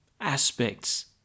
aspects